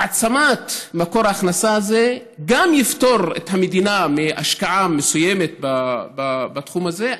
העצמת מקור ההכנסה הזה גם יפטור את המדינה מהשקעה מסוימת בתחום הזה,